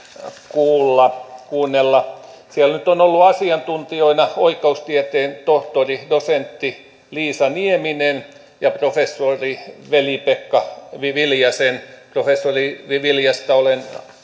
kuunnella siellä nyt ovat olleet asiantuntijoina oikeustieteen tohtori dosentti liisa nieminen ja professori veli pekka viljanen professori viljasta olen